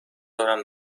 دارم